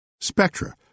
Spectra